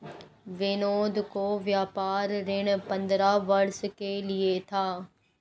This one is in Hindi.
विनोद का व्यापार ऋण पंद्रह वर्ष के लिए था